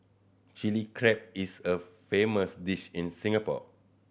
Chilli Crab is a famous dish in Singapore